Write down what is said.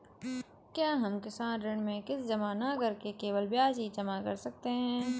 क्या हम किसान ऋण में किश्त जमा न करके केवल ब्याज ही जमा कर सकते हैं?